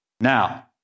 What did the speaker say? Now